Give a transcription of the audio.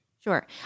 Sure